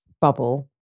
bubble